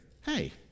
hey